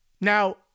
Now